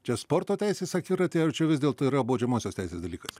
čia sporto teisės akiratyje ar čia jau vis dėlto yra baudžiamosios teisės dalykas